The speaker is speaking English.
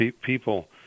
people